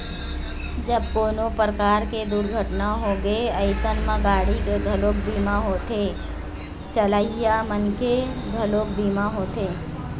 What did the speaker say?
जब कोनो परकार के दुरघटना होगे अइसन म गाड़ी के घलोक बीमा होथे, चलइया मनखे के घलोक बीमा होथे